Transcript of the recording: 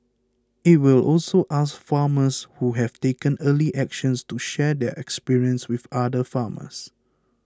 it will also ask farmers who have taken early actions to share their experience with other farmers